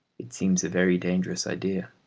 it seems a very dangerous idea.